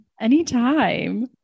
Anytime